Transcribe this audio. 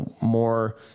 more